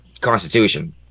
constitution